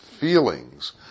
feelings